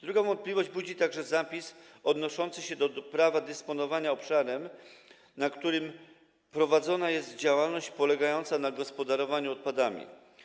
Drugą wątpliwość budzi zapis odnoszący się do prawa dysponowania obszarem, na którym prowadzona jest działalność polegająca na gospodarowaniu odpadami.